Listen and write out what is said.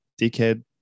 dickhead